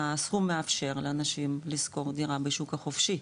הסכום מאפשר לאנשים לשכור דירה בשוק החופשי.